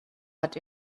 hat